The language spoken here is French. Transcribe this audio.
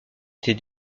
était